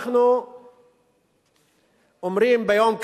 אנחנו אומרים ביום כזה: